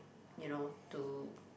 you know to